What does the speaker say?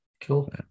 cool